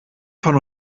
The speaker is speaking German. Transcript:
von